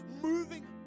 moving